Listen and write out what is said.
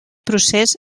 procés